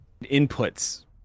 Inputs